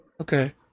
Okay